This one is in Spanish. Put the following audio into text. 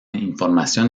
información